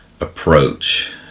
approach